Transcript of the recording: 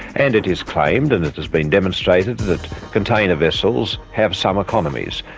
and it is claimed and it has been demonstrated that container vessels have some economies.